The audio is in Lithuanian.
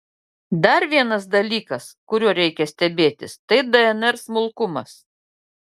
dar vienas dalykas kuriuo reikia stebėtis tai dnr smulkumas